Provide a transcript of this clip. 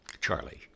Charlie